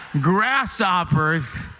grasshoppers